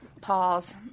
Pause